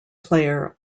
player